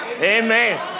Amen